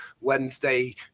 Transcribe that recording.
Wednesday